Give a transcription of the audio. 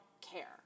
care